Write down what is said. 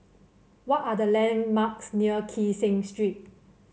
what are the landmarks near Kee Seng Street